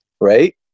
Right